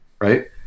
right